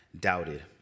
doubted